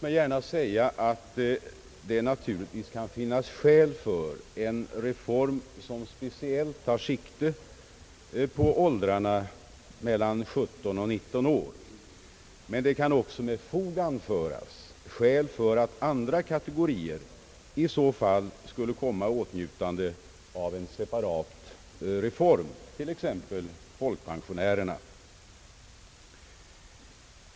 Det kan naturligtvis finnas skäl för en reform, som speciellt tar sikte på åldrarna mellan 17 och 19 år. Det kan emellertid med fog anföras skäl för att även andra kategorier i så fall borde komma i åtnjutande av en separat reform, t.ex. folkpensionärerna.